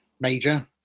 major